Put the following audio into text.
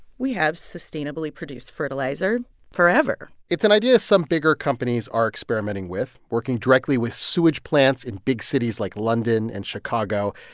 we have sustainably produced fertilizer forever it's an idea some bigger companies are experimenting with, working directly with sewage plants in big cities like london and chicago.